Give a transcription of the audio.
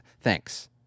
Thanks